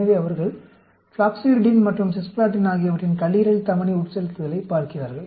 எனவே அவர்கள் ஃப்ளோக்ஸ்யுரிடின் மற்றும் சிஸ்ப்ளாட்டின் ஆகியவற்றின் கல்லீரல் தமனி உட்செலுத்தலைப் பார்க்கிறார்கள்